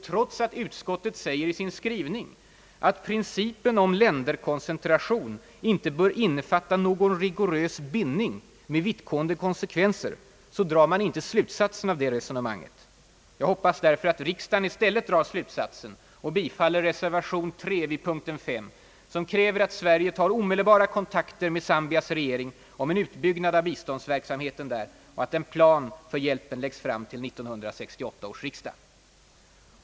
Trots att utskottet säger i sin skrivning att »principen om länderkoncentration inte bör innefatta någon rigorös bindning med vittgående konsekvenser», drar man inte slutsatsen av det resonemanget. Jag hoppas därför att riksdagen i stället drar den rätta slutsatsen och bifaller reservation 3 vid punkten 5, som kräver att Sverige tar omedelbara kontakter med Zambias regering om en utbyggnad av biståndsverksamheten där och att en plan för hjälpen läggs fram till 1968 års riksdag.